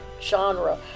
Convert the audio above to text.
genre